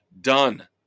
Done